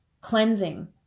cleansing